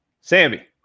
Sammy